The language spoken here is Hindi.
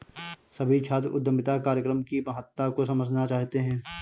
सभी छात्र उद्यमिता कार्यक्रम की महत्ता को समझना चाहते हैं